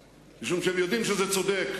משום שהם יודעים שזה צודק.